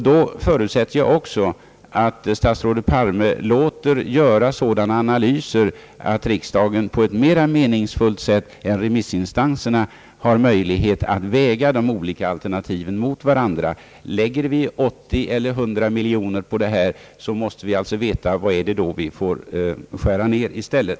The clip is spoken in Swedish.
Jag förutsätter också att statsrådet Palme låter göra sådana analyser, att riksdagen har möjlighet att på ett mera meningsfullt sätt än i remissinstanserna väga de olika alternativen mot varandra. Anslår vi 80 eller 100 miljoner till detta ändamål, måste vi veta vad det är som vi får skära ned i stället.